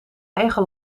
eigen